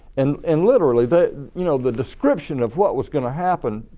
and and literarily, the you know the description of what was going to happen,